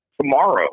tomorrow